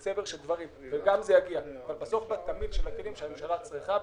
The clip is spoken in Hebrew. אבל בתמהיל של הכלים שהממשלה צריכה,